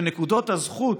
שנקודות הזכות